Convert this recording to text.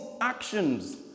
actions